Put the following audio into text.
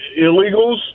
illegals